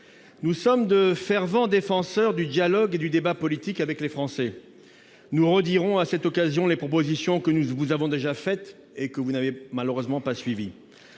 Nous sommes de fervents défenseurs du dialogue et du débat politique avec les Français. Nous répéterons, à cette occasion, les propositions que nous avons déjà faites et que vous n'avez malheureusement pas suivies.